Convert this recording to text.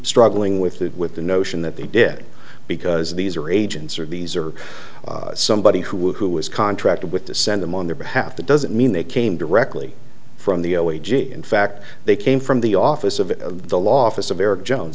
struggling with that with the notion that the good because these are agents are these are somebody who was contracted with to send them on their behalf that doesn't mean they came directly from the o a g in fact they came from the office of the law office of eric jones